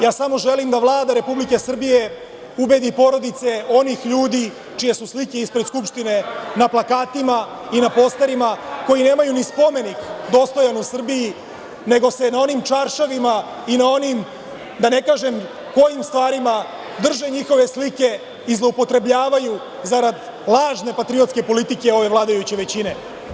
Ja samo želim da Vlada Republike Srbije ubedi porodice onih ljudi čije su slike ispred Skupštine, na plakatima i na posterima, koji nemaju ni spomenik dostojan u Srbiji, nego se na onim čaršavima i na onim, da ne kažem kojim stvarima, drže njihove slike i zloupotrebljavaju, zarad lažne patriotske politike ove vladajuće većine.